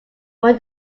when